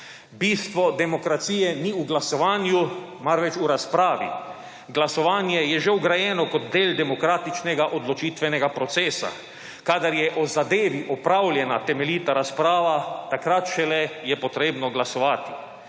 Bistvo demokracije ni v glasovanju, marveč v razpravi. Glasovanje je že vgrajeno kot del demokratičnega odločitvenega procesa. Kadar je o zadevi opravljena temeljita razprava, takrat šele je treba glasovati.